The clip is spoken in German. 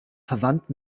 verwandt